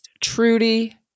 Trudy